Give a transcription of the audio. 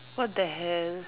what the hell